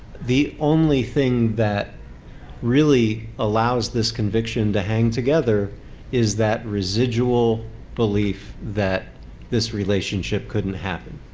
the only thing that really allows this conviction to hang together is that residual belief that this relationship couldn't happen.